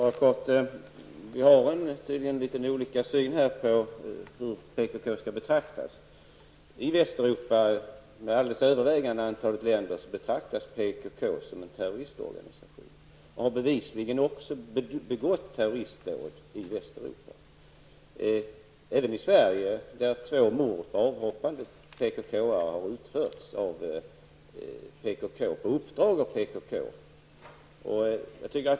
Herr talman! Berith Eriksson och jag ser litet olika på hur PKK skall betraktas. I det alldeles övervägande antalet länder i Västeuropa betraktas PKK som en terroristorganisation. Organisationen har bevisligen också begått terroristdåd i Västeuropa. Det har man också gjort i Sverige. Två mord har utförts av avhoppade PKK-are på uppdrag av PKK.